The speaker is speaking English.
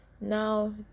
Now